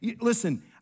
Listen